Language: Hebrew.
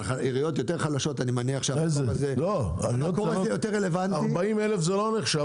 אבל עיריות יותר חלשות --- 40,000 זה לא נחשב,